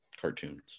cartoons